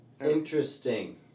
Interesting